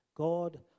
God